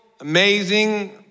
amazing